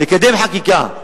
לקדם חקיקה,